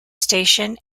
station